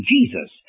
Jesus